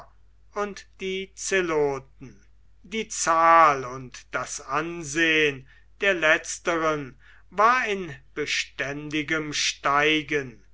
und die zeloten die zahl und das ansehen der letzteren war in beständigem steigen